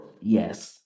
Yes